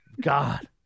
God